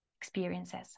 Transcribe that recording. experiences